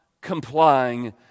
complying